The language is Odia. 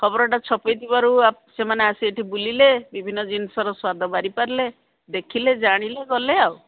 ଖବରଟା ଛପେଇଥିବାରୁ ସେମାନେ ଆସି ଏଠି ବୁଲିଲେ ବିଭିନ୍ନ ଜିନିଷର ସ୍ୱାଦ ବାରିପାରିଲେ ଦେଖିଲେ ଜାଣିଲେ ଗଲେ ଆଉ